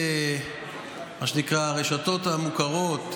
מה שנקרא הרשתות המוכרות,